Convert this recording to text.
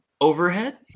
overhead